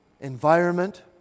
environment